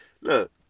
Look